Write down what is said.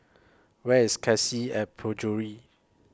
Where IS Cassia At Penjuru